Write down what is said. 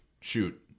shoot